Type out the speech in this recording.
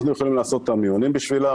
אנחנו יכולים לעשות את המיונים בשבילם,